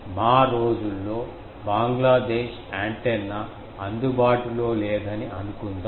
మా రోజుల్లో బంగ్లాదేశ్ యాంటెన్నా అందుబాటులో లేదని అనుకుందాం